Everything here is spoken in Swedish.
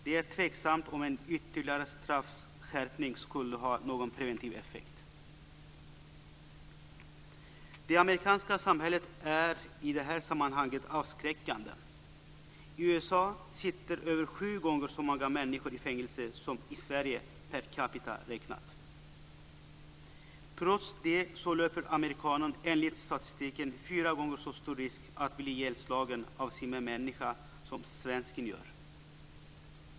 Det är tveksamt om en ytterligare straffskärpning skulle ha någon preventiv effekt. Det amerikanska samhället är i det här sammanhanget avskräckande. I USA sitter över sju gånger så många människor i fängelse som i Sverige per capita räknat. Trots det löper amerikanen enligt statistiken fyra gånger så stor risk att bli ihjälslagen av sin medmänniska som svensken gör.